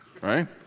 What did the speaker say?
right